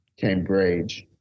cambridge